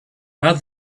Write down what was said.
but